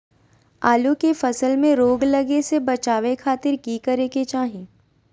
आलू के फसल में रोग लगे से बचावे खातिर की करे के चाही?